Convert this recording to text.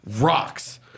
rocks